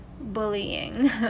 bullying